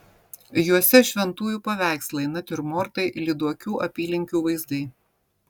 juose šventųjų paveikslai natiurmortai lyduokių apylinkių vaizdai